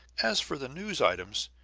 as for the news items,